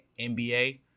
NBA